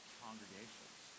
congregations